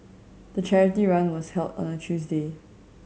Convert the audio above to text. the charity run was held on a Tuesday